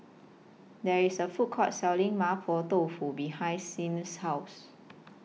There IS A Food Court Selling Mapo Dofu behind Siena's House